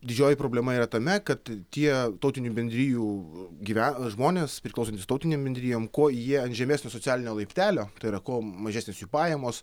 didžioji problema yra tame kad tie tautinių bendrijų gyvena žmonės priklausantys tautinėm bendrijom kuo jie ant žemesnio socialinio laiptelio tai yra ko mažesnės jų pajamos